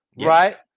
right